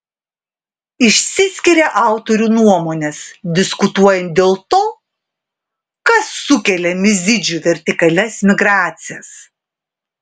išsiskiria autorių nuomonės diskutuojant dėl to kas sukelia mizidžių vertikalias migracijas